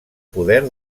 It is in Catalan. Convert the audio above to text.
poder